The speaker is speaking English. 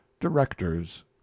directors